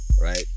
Right